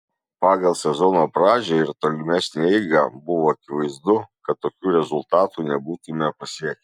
pagal sezono pradžią ir tolimesnę eigą buvo akivaizdu kad tokių rezultatų nebūtumėme pasiekę